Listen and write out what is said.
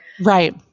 Right